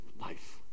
life